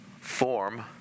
form